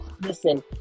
listen